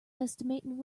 estimating